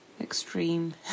extreme